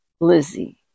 Lizzie